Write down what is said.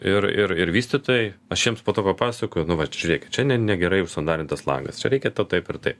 ir ir ir vystytojai aš jiems po to papasakoju nu vat žiūrėkit čia ne negerai užsandarintas langas čia reikia to taip ir taip